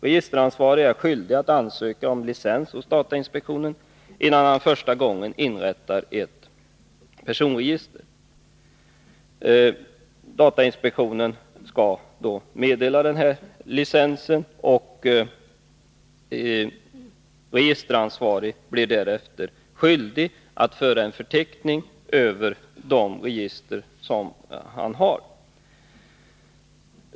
Registeransvarig är skyldig att ansöka om licens hos datainspektionen innan han första gången inrättar ett personregister. Datainspektionen skall då meddela denne licens, och registeransvarig blir därefter skyldig att föra en förteckning över de register som han har.